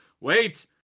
Wait